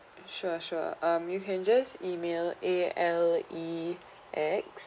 sure sure um you can just email A L E X